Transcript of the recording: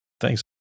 Thanks